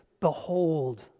Behold